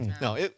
no